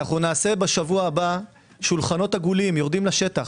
נעשה בשנה הבאה שולחנות עגולים יורדים לשטח.